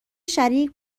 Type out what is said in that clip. شریک